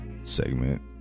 segment